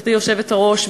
גברתי היושבת-ראש,